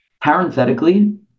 Parenthetically